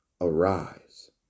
Arise